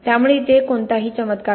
त्यामुळे तेथे कोणताही चमत्कार नाही